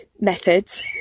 methods